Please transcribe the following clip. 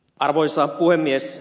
arvoisa puhemies